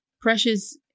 Precious